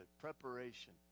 preparation